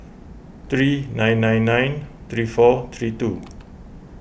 three nine nine nine three four three two